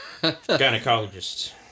Gynecologists